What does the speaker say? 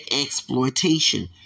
exploitation